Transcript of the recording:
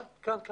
כן, בדקנו,